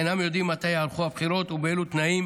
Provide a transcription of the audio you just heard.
אינם יודעים מתי ייערכו הבחירות ובאילו תנאים